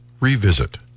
revisit